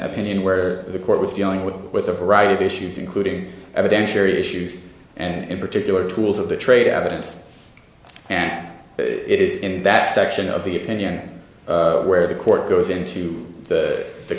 opinion where the court was dealing with with a variety of issues including evidentiary issues and in particular tools of the trade evidence and it is in that section of the opinion where the court goes into the